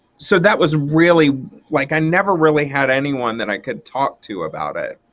so that was really like i never really had anyone that i could talk to about it.